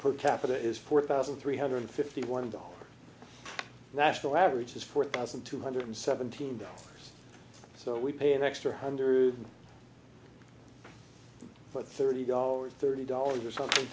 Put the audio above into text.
per capita is four thousand three hundred fifty one dollars national average is four thousand two hundred seventeen dollars so we pay an extra one hundred what thirty dollars thirty dollars or something